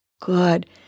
Good